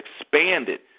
expanded